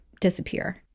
disappear